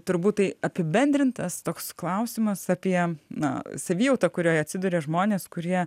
turbūt tai apibendrintas toks klausimas apie na savijautą kurioje atsiduria žmonės kurie